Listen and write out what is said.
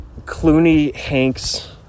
Clooney-Hanks